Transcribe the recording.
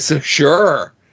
Sure